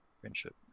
friendship